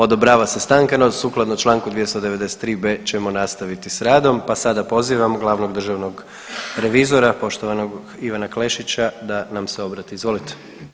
Odobrava se stanka no sukladno čl. 293b ćemo nastaviti s radom pa sada pozivam glavnog državnog revizora, poštovanog Ivana Klešića da nam se obrati, izvolite.